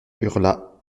hurla